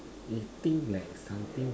you think like something